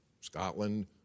Scotland